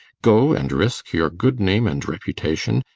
go and risk your good name and reputation,